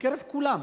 בקרב כולם,